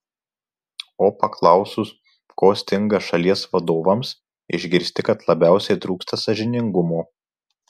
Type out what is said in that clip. o paklausus ko stinga šalies vadovams išgirsti kad labiausiai trūksta sąžiningumo